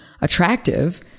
attractive